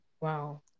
Wow